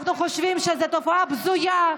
אנחנו חושבים שזאת תופעה בזויה.